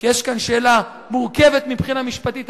כי יש כאן שאלה מורכבת מבחינה משפטית.